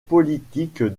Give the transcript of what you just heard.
politique